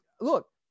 look